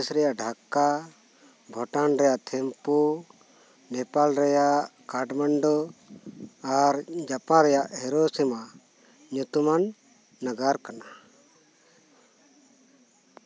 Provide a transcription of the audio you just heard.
ᱵᱟᱝᱞᱟᱫᱮᱥ ᱨᱮᱭᱟᱜ ᱰᱷᱟᱠᱟ ᱵᱷᱩᱴᱟᱱ ᱨᱮᱭᱟᱜ ᱛᱷᱤᱝᱯᱳ ᱱᱮᱯᱟᱞ ᱨᱮᱭᱟᱜ ᱠᱟᱴᱷᱢᱟᱱᱰᱩ ᱟᱨ ᱡᱟᱯᱟᱱ ᱨᱮᱭᱟᱜ ᱦᱮᱨᱳᱥᱤᱢᱟ ᱧᱩᱛᱩᱢᱟᱱ ᱱᱟᱜᱟᱨ ᱠᱟᱱᱟ